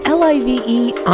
L-I-V-E